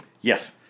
Yes